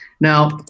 Now